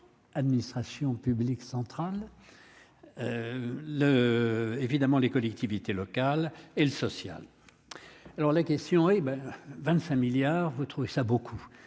administrations publiques centrale le évidemment les collectivités locales et le social, alors la question : et ben 25 milliards, vous trouvez ça beaucoup